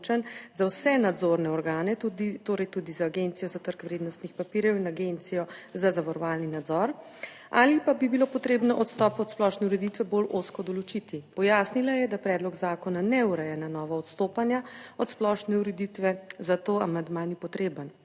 za vse nadzorne organe, tudi torej tudi za Agencijo za trg vrednostnih papirjev in Agencijo za zavarovalni nadzor, ali pa bi bilo potrebno odstop od splošne ureditve bolj ozko določiti. Pojasnila je, da predlog zakona ne ureja na novo odstopanja od splošne ureditve, za to amandma ni potreben.